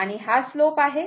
आणि हा स्लोप आहे